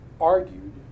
argued